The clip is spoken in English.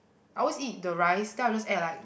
I always eat the rice then I will just add like